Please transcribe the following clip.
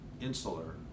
insular